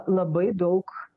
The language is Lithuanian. labai daug